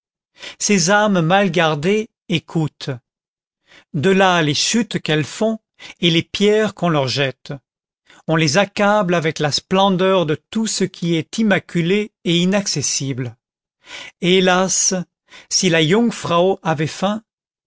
ces âmes mal gardées écoutent de là les chutes qu'elles font et les pierres qu'on leur jette on les accable avec la splendeur de tout ce qui est immaculé et inaccessible hélas si la yungfrau avait faim